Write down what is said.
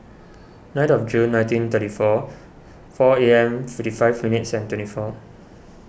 ninth of June nineteen thirty four four A M fifty five minutes and twenty four